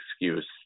excuse